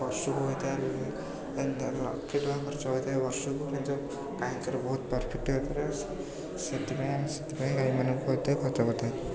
ବର୍ଷକୁ ହୋଇଥାଏ ଲକ୍ଷେ ଟଙ୍କା ଖର୍ଚ୍ଚ ହୋଇଥାଏ ବର୍ଷକୁ କିନ୍ତୁ ଗାଈଙ୍କର ବହୁତ ପ୍ରଫିଟ୍ ହୋଇଥାଏ ସେଥିପାଇଁ ଆମେ ସେଥିପାଇଁ ଗାଈମାନଙ୍କୁ ଏତେ ଖର୍ଚ୍ଚ କରିଥାଉ